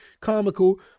comical